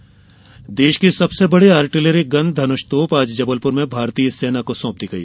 धन्ष देश की सबसे बड़ी आर्टिलरी गन धनुष तोप आज जबलपुर में भारतीय सेना को सौंप दी गई